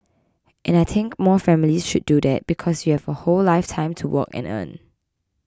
and I think more families should do that because you have a whole lifetime to work and earn